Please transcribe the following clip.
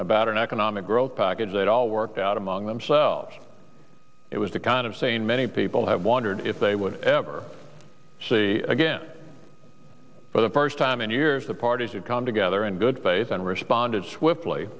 about an economic growth package they'd all worked out among themselves it was the kind of sane many people have wondered if they would ever see again for the first time in years the parties have come together in good faith and responded swiftly